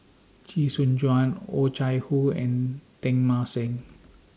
Chee Soon Juan Oh Chai Hoo and Teng Mah Seng